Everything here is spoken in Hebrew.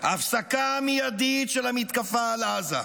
הפסקה מיידית של המתקפה על עזה.